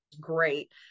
great